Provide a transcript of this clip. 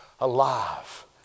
alive